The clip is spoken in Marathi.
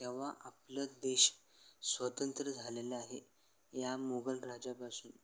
तेव्हा आपलं देश स्वतंत्र झालेलं आहे या मोगल राज्यापासून